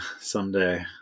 someday